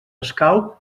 escau